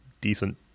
decent